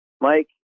Mike